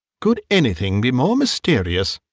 could anything be more mysterious?